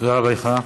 תודה רבה לך.